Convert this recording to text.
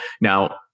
Now